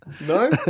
No